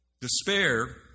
despair